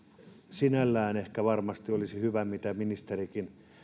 sinällään varmasti olisi hyvä mitä ministerikin